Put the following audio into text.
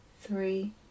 three